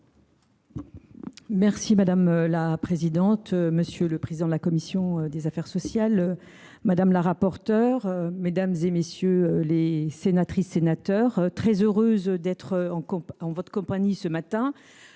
? Madame la présidente, monsieur le président de la commission des affaires sociales, madame la rapporteure, mesdames, messieurs les sénateurs, je suis très heureuse d’être en votre compagnie ce matin.